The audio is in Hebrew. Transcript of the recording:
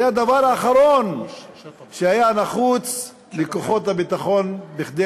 זה הדבר האחרון שהיה נחוץ לכוחות הביטחון כדי